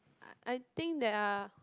I think there are